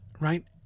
right